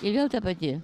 ir vėl ta pati